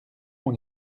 mon